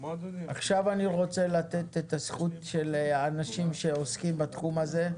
אני רוצה לתת את הזכות לאנשים שעוסקים בתחום הזה.